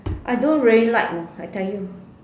I don't really like you know I tell you